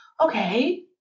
okay